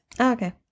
Okay